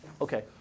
Okay